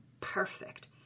perfect